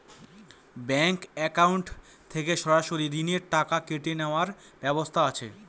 Bank account থেকে সরাসরি ঋণের টাকা কেটে নেওয়ার ব্যবস্থা আছে?